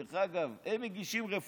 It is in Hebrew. דרך אגב, הם מגישים רפורמה,